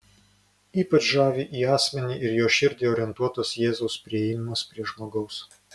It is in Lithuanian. ypač žavi į asmenį ir jo širdį orientuotas jėzaus priėjimas prie žmogaus